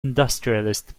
industrialist